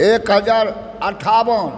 एक हजार अठाबन